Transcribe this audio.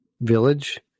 Village